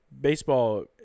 Baseball